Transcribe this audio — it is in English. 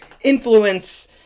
influence